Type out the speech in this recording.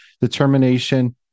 determination